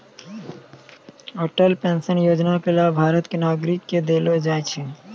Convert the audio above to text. Atal pension योजना के लाभ भारत के नागरिक क देलो जाय छै